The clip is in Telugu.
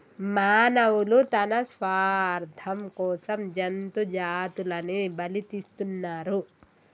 మానవులు తన స్వార్థం కోసం జంతు జాతులని బలితీస్తున్నరు